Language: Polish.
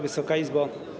Wysoka Izbo!